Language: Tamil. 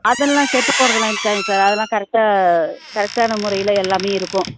அதெல்லாம் கெட்டுப் போகிறதுலாம் இருக்காதுங்க சார் அதெல்லாம் கரெட்டாக கரெட்டான முறையில் எல்லாமே இருக்கும்